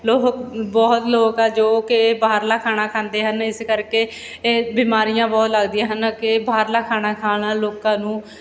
ਲੋ ਬਹੁਤ ਲੋਕ ਆ ਜੋ ਕਿ ਬਾਹਰਲਾ ਖਾਣਾ ਖਾਂਦੇ ਹਨ ਇਸ ਕਰਕੇ ਇਹ ਬਿਮਾਰੀਆਂ ਬਹੁਤ ਲੱਗਦੀਆਂ ਹਨ ਕਿ ਬਾਹਰਲਾ ਖਾਣਾ ਖਾਣ ਨਾਲ ਲੋਕਾਂ ਨੂੰ